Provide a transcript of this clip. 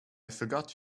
forgot